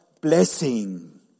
blessing